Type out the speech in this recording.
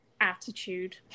attitude